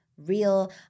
real